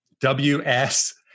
WS